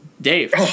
Dave